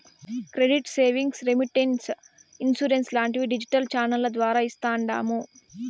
credit savings, remittance, insurance లాంటివి digital ఛానెల్ల ద్వారా చేస్తాండాము